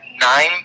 nine